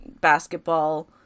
Basketball